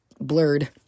blurred